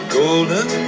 golden